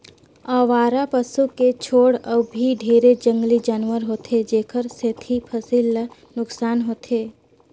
अवारा पसू के छोड़ अउ भी ढेरे जंगली जानवर होथे जेखर सेंथी फसिल ल नुकसान होथे